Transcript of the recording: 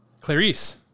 Clarice